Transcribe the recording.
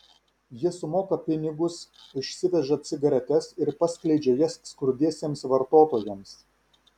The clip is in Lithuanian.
jie sumoka pinigus išsiveža cigaretes ir paskleidžia jas skurdiesiems vartotojams